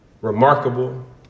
remarkable